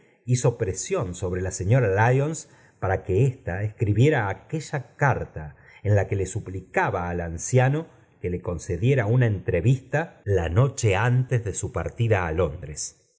hizo prensión sobre la señora lyons para que esta escribiera aquella carta en la que suplicaba al anciano que le concediera una entrevista la noche antes de su partida á londres